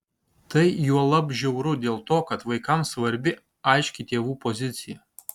tai juolab žiauru dėl to kad vaikams svarbi aiški tėvų pozicija